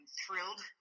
thrilled